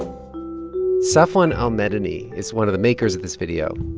safwan al-madani is one of the makers of this video,